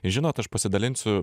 žinot aš pasidalinsiu